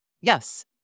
Yes